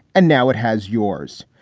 and now it has yours.